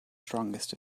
strongest